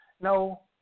no